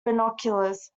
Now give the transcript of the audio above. binoculars